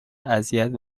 اذیت